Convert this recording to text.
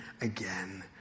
again